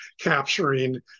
capturing